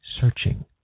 searching